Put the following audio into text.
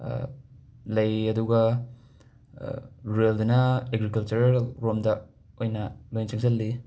ꯂꯩ ꯑꯗꯨꯒ ꯔꯨꯔꯦꯜꯗꯅ ꯑꯦꯒ꯭ꯔꯤꯀꯜꯆꯔꯦꯜ ꯔꯣꯝꯗ ꯑꯣꯏꯅ ꯂꯣꯏꯅ ꯆꯪꯁꯜꯂꯤ